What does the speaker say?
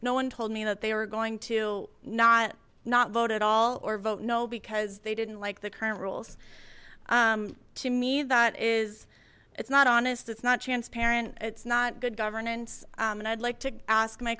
no one told me that they were going to not not vote at all or vote no because they didn't like the current rules to me that is it's not honest it's not transparent it's not good governance and i'd like to ask my